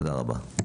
תודה רבה.